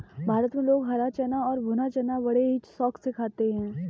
भारत में लोग हरा चना और भुना चना बड़े ही शौक से खाते हैं